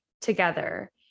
together